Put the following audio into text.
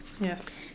Yes